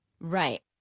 Right